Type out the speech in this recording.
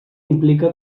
implica